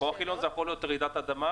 כוח עליון זה יכול להיות רעידות אדמה,